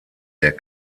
der